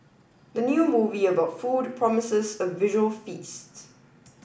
the new movie about food promises a visual feast